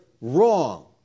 wrong